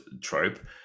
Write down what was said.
trope